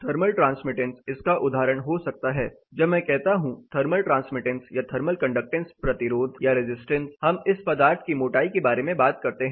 thermal transmittance इसका उदाहरण हो सकता है जब मैं कहता हूं थर्मल ट्रांसमिटेंस या थर्मल कंडक्टेंस प्रतिरोध या रेजिस्टेंस हम इस पदार्थ की मोटाई के बारे में बात करते हैं